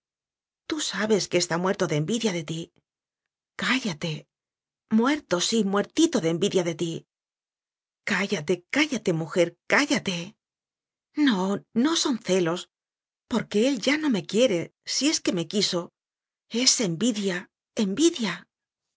tú sabes que está muerto de envidia de ti cállate muerto sí muertito de envidia de ti cállate cállate mujer cállate no no son celos porque él ya no me fe quiere si es que me quiso es envidia